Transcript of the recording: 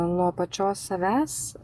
nuo pačios savęs